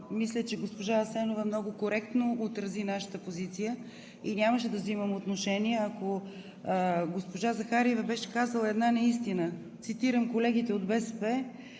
мисля, че госпожа Асенова много коректно отрази нашата позиция и нямаше да взимам отношение, ако госпожа Захариева не беше казала една неистина, цитирам: „Колегите от БСП